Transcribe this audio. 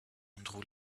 andrew